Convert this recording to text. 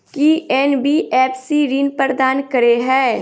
की NBFC ऋण प्रदान करे है?